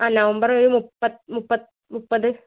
ആ നവംബർ ഒരു മുപ്പത് മുപ്പത്തി മുപ്പത്